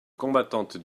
combattantes